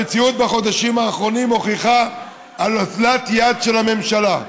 המציאות בחודשים האחרונים מוכיחה על אוזלת יד של הממשלה.